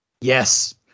Yes